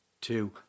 two